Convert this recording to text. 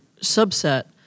subset